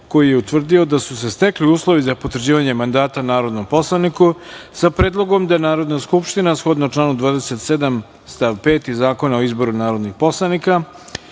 koji je utvrdio da su se stekli uslovi za potvrđivanje mandata narodnom poslaniku, sa predlogom da Narodna skupština, shodno članu 27. stav 5. Zakona o izboru narodnih poslanika,